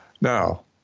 Now